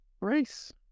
race